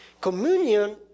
Communion